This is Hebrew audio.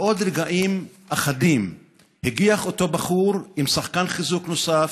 כעבור רגעים אחדים הגיח אותו בחור עם שחקן חיזוק נוסף,